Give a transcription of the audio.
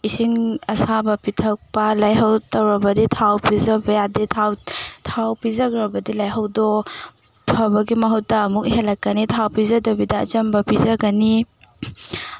ꯏꯁꯤꯡ ꯑꯁꯥꯕ ꯄꯤꯊꯛꯄ ꯂꯥꯏꯍꯧ ꯇꯧꯔꯕꯗꯤ ꯊꯥꯎ ꯄꯤꯖꯕ ꯌꯥꯗꯦ ꯊꯥꯎ ꯊꯥꯎ ꯄꯤꯖꯈ꯭ꯔꯕꯗꯤ ꯂꯥꯏꯍꯧꯗꯣ ꯐꯕꯒꯤ ꯃꯍꯨꯠꯇ ꯑꯃꯨꯛ ꯍꯦꯟꯂꯛꯀꯅꯤ ꯊꯥꯎ ꯄꯤꯖꯗꯕꯤꯗ ꯑꯆꯝꯕ ꯄꯤꯖꯒꯅꯤ